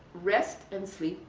rest and sleep,